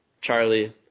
Charlie